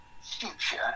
future